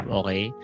okay